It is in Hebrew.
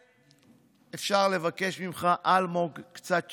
אפשר לבקש ממך, אלמוג, קצת שקט?